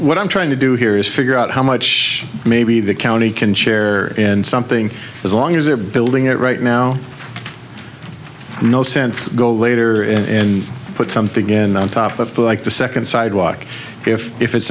what i'm trying to do here is figure out how much maybe the county can share in something as long as they're building it right now no sense go later and put something again on top of like the second sidewalk if if it's